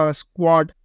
squad